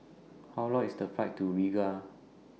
How Long IS The Flight to Riga